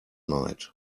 night